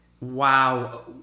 Wow